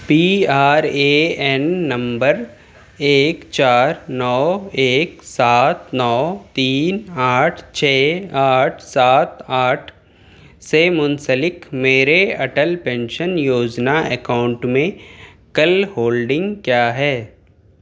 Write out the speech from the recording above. P R A N number ایک چار نو ایک سات نو تین آٹھ چھ آٹھ سات آٹھ سے منسلک میرے اٹل پینشن یوجنا اکاؤنٹ میں کل ہولڈنگ کیا ہے